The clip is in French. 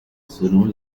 selon